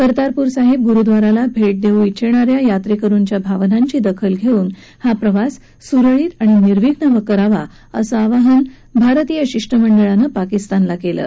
कर्तारप्र साहिब गुरुद्वाराला भर्षादक्ष इचिछणा या यात्रक्रिच्या भावनांची दखल घसिन हा प्रवास सुरळीत आणि निर्विघ्न करावा असं आवाहन भारतीय शिष्टमंडळानं पाकिस्तानला कलि